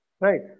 Right